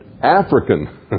African